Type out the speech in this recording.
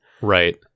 Right